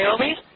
Naomi